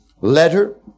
letter